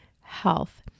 health